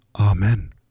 Amen